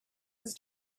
his